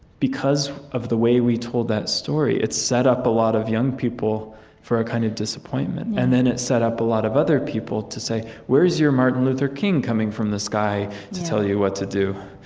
because of the way we told that story, it set up a lot of young people for a kind of disappointment. and then it set up a lot of other people to say, where's your martin luther king coming from the sky to tell you what to do?